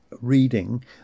reading